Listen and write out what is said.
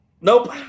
Nope